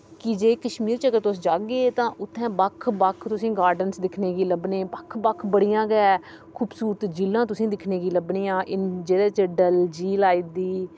कीजे कश्मीर च अगर तुस जाह्गे तां उत्थें बक्ख बक्ख गार्डन दिक्खने गी लभने बक्ख बक्ख बड़ियां गै खूबसूरत झीलां तुसें गी दिक्खने गी लब्भनियां जेह्दे च डल झील आईं दी